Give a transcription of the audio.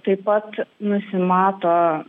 taip pat nusimato